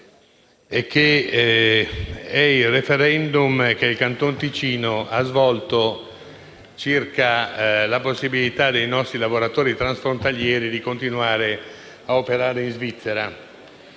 il *referendum* che il Canton Ticino ha svolto circa la possibilità dei nostri lavoratori transfrontalieri di continuare a operare in Svizzera.